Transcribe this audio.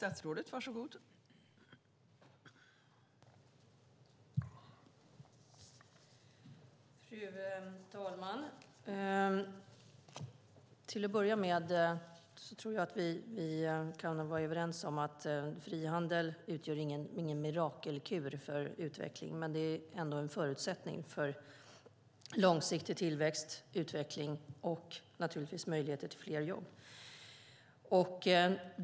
Fru talman! Till att börja med tror jag att vi kan vara överens om att frihandel inte utgör någon mirakelkur för utveckling. Men det är ändå en förutsättning för långsiktig tillväxt, utveckling och möjligheter till fler jobb.